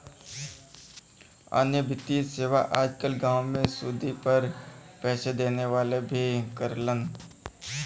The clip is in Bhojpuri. अन्य वित्तीय सेवा आज कल गांव में सुदी पर पैसे देवे वाले भी करलन